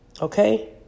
Okay